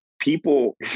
people